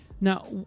now